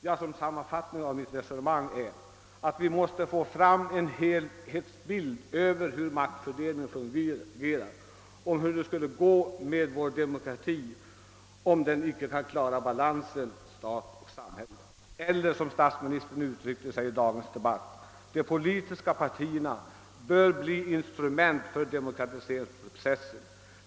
Jag kan sammanfatta mitt resonemang med att säga att vi måste få fram en helhetsbild över hur maktfördelningen fungerar, av hur det skulle gå med vår demokrati om den icke kan klara balansen mellan stat och samhälle, eller som statsministern uttryckte sig i dagens debatt: De politiska partierna bör bli instrument för demokratiseringsprocessen.